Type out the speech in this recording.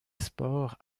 sports